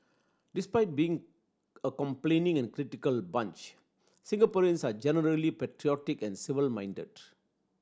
despite being a complaining and critical bunch Singaporeans are generally patriotic and civic minded